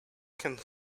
can